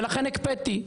ולכן הקפאתי.